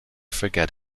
forget